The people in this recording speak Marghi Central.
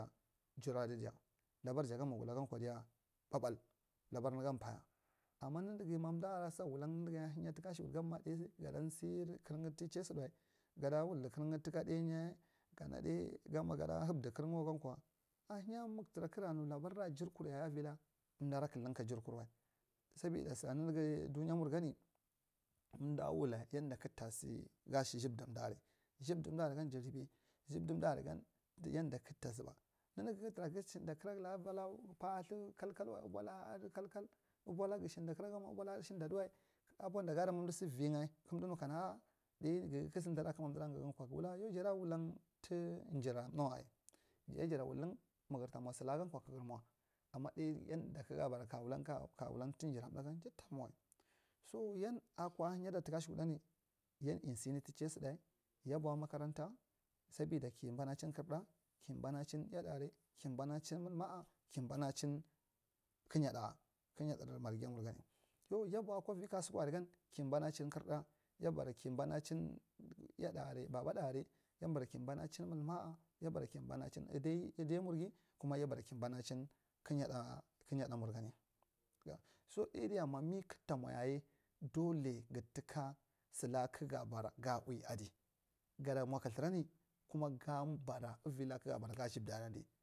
Gir adi diya labar jagan maga wala gon kwa diya ɓaɓal labar ndgan paya ama nanagi ma amdi alai asa wulang nanagi inya ra tuka asheku gamma ɗai gada. Sey karnga tu chay sada wae gada wuldi karnga tuka dainyi kana ɗai gamma gada hahdi karngawur wagankwa tihenya muntera kakra nu larabara jirkur yaye avi amdi da kalding ka jur kurwal sabida sira naaga dunya mur gani amdi wulai yanda kak tasi gasi zubdi amdi aria zubdi amdi araigan, zubdi amdi araigan yanda kagata zuba nanagi kaga tura kak shenda karagd abola pathir kallaival abola adu kaiki shina duwal. Abundeg argi, ma amdi si uinga kamdu na kana gagadi ha dai naai kak si yhagi akama amdira gankwa gawava jada wulang tu rira mɗa wai biya vada wuyang mmayar tamwa sata gɜnkwa kagɜr muga ama ɗai yanda kɜger bar aka, ka wulang tu jira mɗa gan jid tamwa to ka. Ashekuɗu yan yi sin tu chay sada. Yan yi sin tu chay sada ya bu akwa magaranta soboda kɜ banachin iyaɗa aral, kɜ banchin muma a kɜ banachin kɜ nyaɗa a kɜnyadɗu marghiya murgan, yau ya boi avi kusura ar gan kɜ banachin kɜrɗa ya bara kɜ banachin iyaɗa arad baɓa ɗa aria, ya bara kɜ banachin udayamur gɜr kuma yabara kɜ nyaɗa mm gani so ɗa diya mami kɜgdta mwa yaye dole gɛ taka sɛta kɛga bura ga ui. Adi ga gɜda mwa kɜtharani kuma gabara dvi la kɜga bara ga zugdi adi.